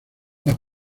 las